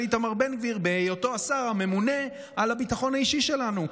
איתמר בן גביר בהיותו השר הממונה על הביטחון האישי שלנו.